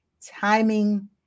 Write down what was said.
Timing